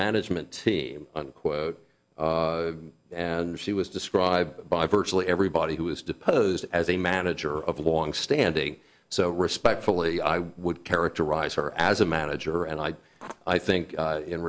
management team unquote and she was described by virtually everybody who was deposed as a manager of long standing so respectfully i would characterize her as a manager and i i think